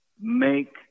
make